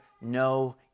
no